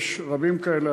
יש רבים כאלה,